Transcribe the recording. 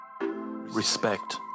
Respect